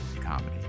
comedy